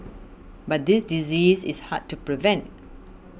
but this disease is hard to prevent